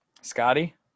Scotty